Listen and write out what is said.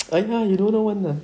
!aiya! you don't know [one] lah